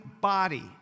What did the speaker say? body